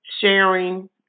sharing